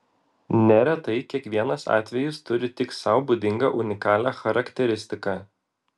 neretai kiekvienas atvejis turi tik sau būdingą unikalią charakteristiką